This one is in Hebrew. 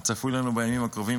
הצפוי לנו בימים הקרובים,